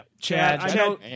Chad